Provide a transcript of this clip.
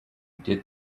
did